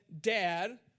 Dad